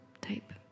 type